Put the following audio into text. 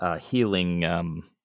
healing